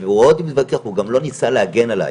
והוא רואה אותי מתווכח והוא גם לא ניסה להגן עלי.